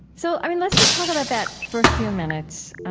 so, i mean, let's just talk about that for a few minutes. ah,